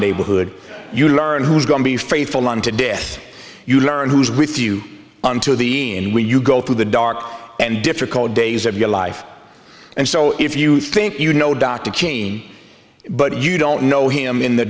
neighborhood you learn who's going to be faithful on today you learn who is with you on to the end when you go through the dark and difficult days of your life and so if you think you know dr king but you don't know him in the